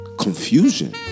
Confusion